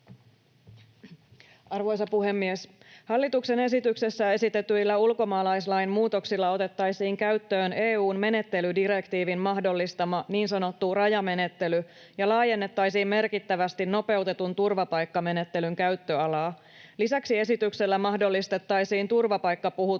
Arvoisa puhemies! Hallituksen esityksessä esitetyillä ulkomaalaislain muutoksilla otettaisiin käyttöön EU:n menettelydirektiivin mahdollistama niin sanottu rajamenettely ja laajennettaisiin merkittävästi nopeutetun turvapaikkamenettelyn käyttöalaa. Lisäksi esityksellä mahdollistettaisiin turvapaikkapuhuttelun